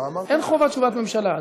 אין חובת תשובת ממשלה.